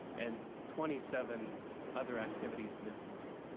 and twenty seven other activities this month.